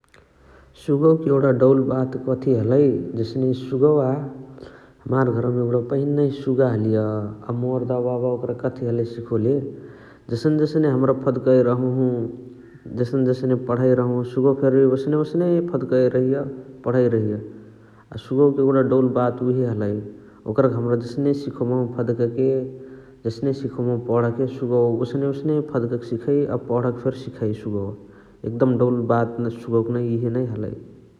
सुगवक एगुणा डौल बात कथी हलइ जसने सुगवा हमार घरवमा एगुणा पहिनही सुगा हलिय । अ मोर दाओ बाबा ओकरके कथी हलइ सिखोले जसने जसने हमरा फद्कएए रहहु जसने जसने पण्हइ रहहु सुगवा फेरी ओसने ओसने फद्कइ रहिया पण्हइ रहिय । हसे सुगवका एगुणा डौल बात उहे हलइ । ओकरके हमरा हसने सिखोबहु फडाँकाके, जस्ने जस्ने सिखोबहु पण्हके सुगवा ओसने ओसने फडाँकाके सिखइ अ पण्हके फेरी सिखइ सुगवा । एकदम डौल बात मुइ सुगवक इहे नै हलइ ।